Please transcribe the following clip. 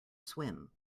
swim